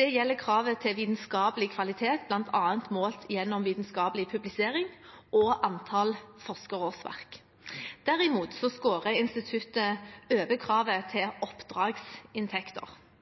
Det gjelder kravet til vitenskapelig kvalitet, bl.a. målt gjennom vitenskapelig publisering og antall forskerårsverk. Derimot skårer instituttet over kravet